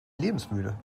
lebensmüde